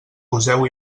poseu